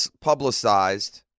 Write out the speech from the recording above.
publicized